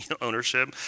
ownership